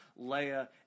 Leia